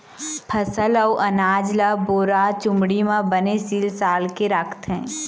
फसल अउ अनाज ल बोरा, चुमड़ी म बने सील साल के राखथे